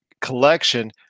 collection